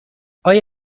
آیا